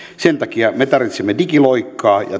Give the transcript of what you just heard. sen takia me tarvitsemme digiloikkaa ja tilausliikennettä